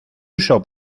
uso